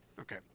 Okay